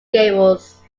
gables